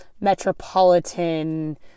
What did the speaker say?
metropolitan